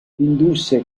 indusse